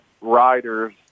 riders